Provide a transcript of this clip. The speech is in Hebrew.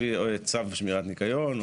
לפי צו שמירת ניקיון,